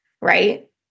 right